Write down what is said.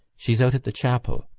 she's out at the chapel.